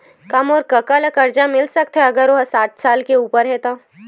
का मोर कका ला कर्जा मिल सकथे अगर ओ हा साठ साल से उपर हे?